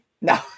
no